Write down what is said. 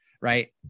right